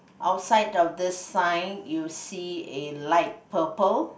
outside of this sign you see a light purple